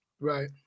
Right